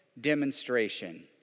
demonstration